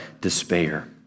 despair